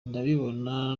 ndabibona